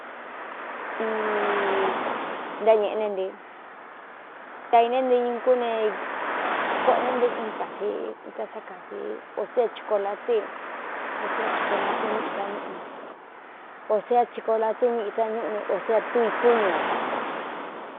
I ntáñēꞌe né ntɨ ta īne nte ñu kú ne koꞌō ne nté un kāfe a sá kāfe sé é chukola tɨ o sé a chikolatɨ ña ita ñuꞌu ō sé a tsikola tɨ́ñɨ ita ñúꞌu ne ō séé a túu i kúñū.